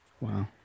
Wow